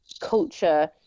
culture